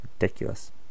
Ridiculous